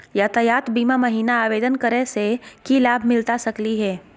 यातायात बीमा महिना आवेदन करै स की लाभ मिलता सकली हे?